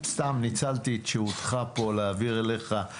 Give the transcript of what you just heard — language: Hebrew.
ניצלתי את שהותך פה להעביר אליך מידע.